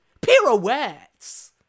pirouettes